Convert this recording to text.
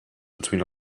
between